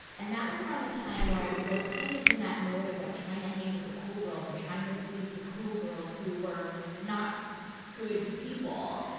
and that was around the time where i was like kind of in that mode of like trying to hang with the cool girls and trying to please the cool girls who were not good people.